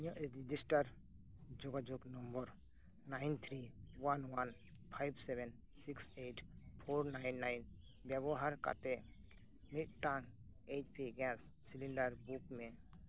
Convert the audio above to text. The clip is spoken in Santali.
ᱤᱧᱟᱹᱜ ᱨᱮᱡᱤᱥᱴᱟᱨ ᱡᱳᱜᱟᱡᱳᱜᱽ number nine three one one five seven six eight four nine nine ᱵᱮᱵᱚᱦᱟᱨ ᱠᱟᱛᱮᱫ ᱢᱤᱫᱴᱟᱝ H P gas cylinder book ᱢᱮ